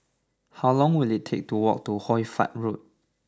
how long will it take to walk to Hoy Fatt Road